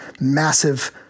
massive